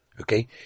Okay